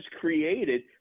created